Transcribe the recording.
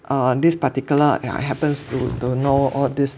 err this particular happens to don't know all this